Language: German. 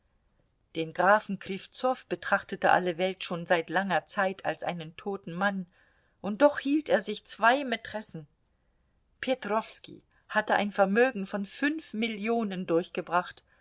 den grafen kriwzow betrachtete alle welt schon seit langer zeit als einen toten mann und doch hielt er sich zwei mätressen petrowski hatte ein vermögen von fünf millionen durchgebracht